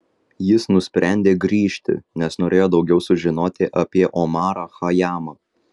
jis nusprendė grįžti nes norėjo daugiau sužinoti apie omarą chajamą